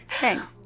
Thanks